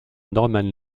norman